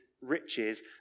riches